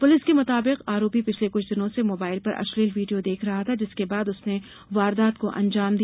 police के मुताबिक आरोपी पिछले कुछ दिनों से मोबाइल पर अश्लील वीडियो देख रहा था जिसके बाद उसने वारदात को अंजाम दिया